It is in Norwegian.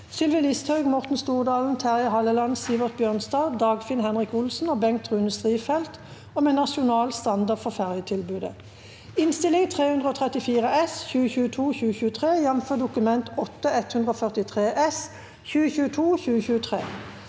Sylvi Listhaug, Morten Stordalen, Terje Halleland, Sivert Bjørnstad, Dagfinn Henrik Olsen og Bengt Rune Strifeldt om en nasjonal standard for ferjetilbudet (Innst. 334 S (2022–2023), jf. Dokument 8:143 S (2022–2023))